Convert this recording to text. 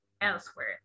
elsewhere